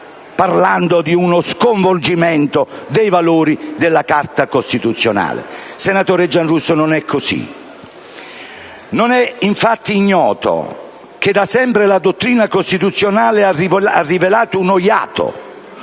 parlando quasi di uno sconvolgimento dei valori della Carta costituzionale. Senatore Giarrusso, non è così. Non è infatti ignoto che da sempre la dottrina costituzionale ha rivelato uno iato,